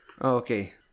Okay